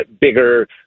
bigger